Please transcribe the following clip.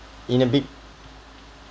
in a bit